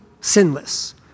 sinless